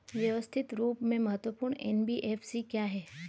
व्यवस्थित रूप से महत्वपूर्ण एन.बी.एफ.सी क्या हैं?